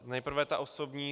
Nejprve ta osobní.